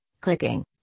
clicking